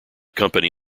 company